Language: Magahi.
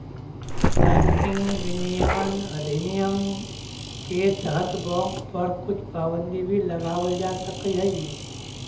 बैंकिंग विनियमन अधिनियम के तहत बाँक पर कुछ पाबंदी भी लगावल जा सकऽ हइ